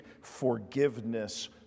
forgiveness